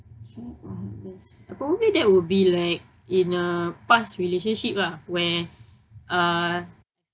probably that would be like in a past relationship ah where uh